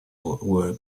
were